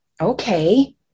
Okay